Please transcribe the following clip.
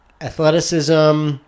athleticism